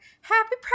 happy